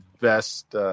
best